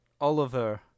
Oliver